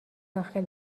داخل